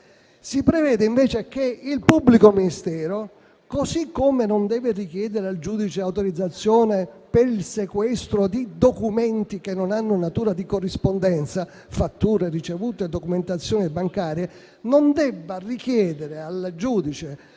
Si prevede, invece, che il pubblico ministero, così come non deve richiedere al giudice l'autorizzazione per il sequestro di documenti che non hanno natura di corrispondenza - fatture, ricevute e documentazione bancaria - non debba richiedere al giudice